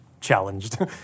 challenged